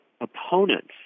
opponents